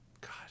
God